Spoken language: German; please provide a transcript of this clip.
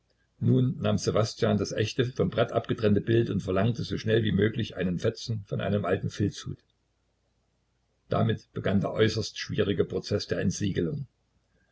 nun nahm ssewastjan das echte vom brett abgetrennte bild und verlangte so schnell wie möglich einen fetzen von einem alten filzhute damit begann der äußerst schwierige prozeß der entsiegelung